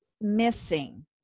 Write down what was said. missing